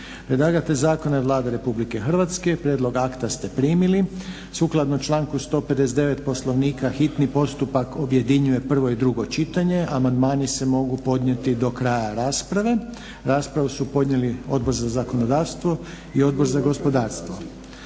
Predlagatelj zakona je Vlada Republike Hrvatske. Prijedlog akta ste primili. Sukladno članku 159. Poslovnika hitni postupak objedinjuje prvo i drugo čitanje. Amandmani se mogu podnositi do kraja rasprave. Raspravu su proveli Odbor za zakonodavstvo i Odbor za gospodarstvo.